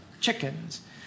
chickens